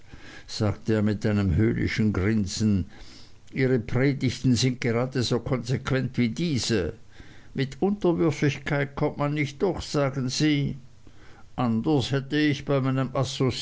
sagte er mit einem höhnischen grinsen ihre predigten sind gerade so konsequent wie diese mit unterwürfigkeit kommt man nicht durch sagen sie anders hätte ich bei meinem